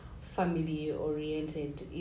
family-oriented